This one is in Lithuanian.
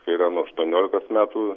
yra nuo aštuoniolikos metų